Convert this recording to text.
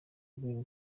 green